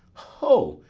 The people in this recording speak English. ho!